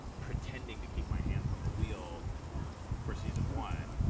pretending to keep my hands on the wheel for season one,